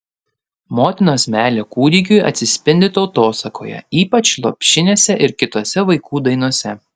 motinos meilė kūdikiui atsispindi tautosakoje ypač lopšinėse ir kitose vaikų dainose